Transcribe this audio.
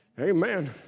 Amen